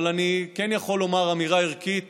אבל אני כן יכול לומר אמירה ערכית